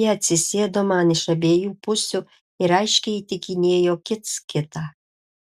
jie atsisėdo man iš abiejų pusių ir aiškiai įtikinėjo kits kitą